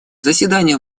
заседания